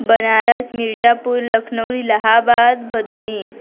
Banaras Mirzapur Lucknow Allahabad Bhadohi